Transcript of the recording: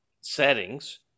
settings